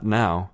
now